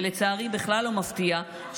ולצערי בכלל לא מפתיע,